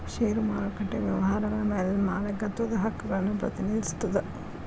ಷೇರು ಮಾರುಕಟ್ಟೆ ವ್ಯವಹಾರಗಳ ಮ್ಯಾಲಿನ ಮಾಲೇಕತ್ವದ ಹಕ್ಕುಗಳನ್ನ ಪ್ರತಿನಿಧಿಸ್ತದ